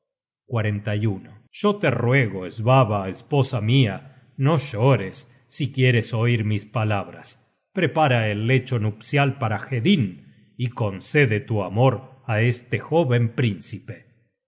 mi corazon yo te ruego svava esposa mia no llores si quieres oir mis palabras prepara el lecho nupcial para hedinn y concede tu amor á este jóven príncipe